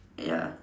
ya